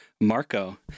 Marco